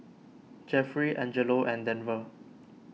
Jeffry Angelo and Denver